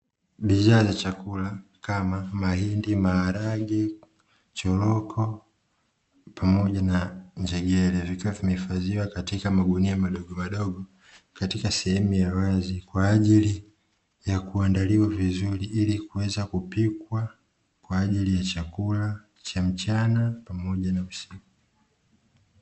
Bidhaa za chakula kama mahindi, maharage, choroko pamoja na njegere vikiwa vimehifadhiwa katika magunia madogo madogo, katika sehemu ya wazi kwaajili ya kuandaliwa vizuri ili kuweza kupikwa kwaajili ya chakula cha mchana pamoja na usiku.